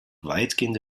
weitgehende